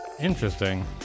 Interesting